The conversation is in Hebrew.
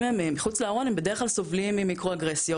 אם הם מחוץ לארון הם בדרך כלל סובלים ממיקרו אגרסיות.